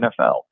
NFL